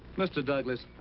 mr. douglas,